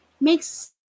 makes